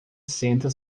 senta